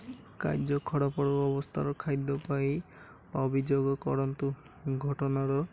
କାର୍ଯ୍ୟ ଅବସ୍ଥାର ଖାଦ୍ୟ ପାଇଁ ଅଭିଯୋଗ କରନ୍ତୁ ଘଟଣାର